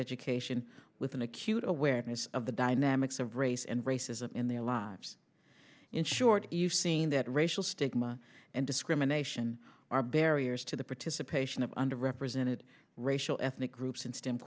education with an acute awareness of the dynamics of race and racism in their lives in short you've seen that racial stigma and discrimination are barriers to the participation of under represented racial ethnic groups in st